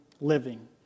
living